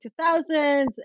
2000s